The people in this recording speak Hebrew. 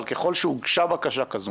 אבל ככל שהוגשה בקשה כזו